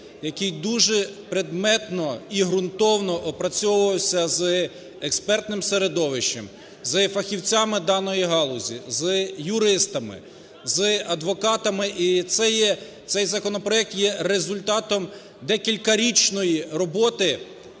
який дуже предметно і ґрунтовно опрацьовувався з експертним середовищем, з фахівцями даної галузі, з юристами, з адвокатами, і цей законопроект є результатом декількарічної роботи